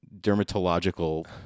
dermatological